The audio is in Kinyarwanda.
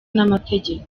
n’amategeko